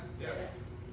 Yes